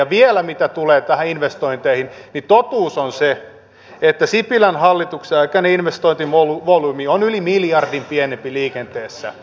ja vielä mitä tulee näihin investointeihin niin totuus on se että sipilän hallituksen aikainen investointivolyymi liikenteessä on yli miljardin pienempi kuin edellisen hallituksen